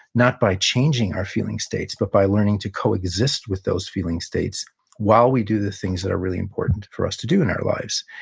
not by changing our feeling states, but by learning to coexist with those feeling states while we do the things that are really important for us to do in our lives.